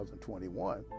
2021